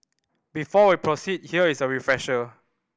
before we proceed here is a refresher